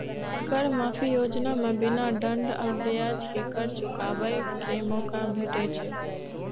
कर माफी योजना मे बिना दंड आ ब्याज के कर चुकाबै के मौका भेटै छै